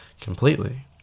completely